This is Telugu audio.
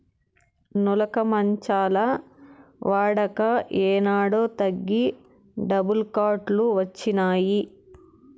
నులక మంచాల వాడక ఏనాడో తగ్గి డబుల్ కాట్ లు వచ్చినాయి